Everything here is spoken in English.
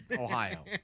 Ohio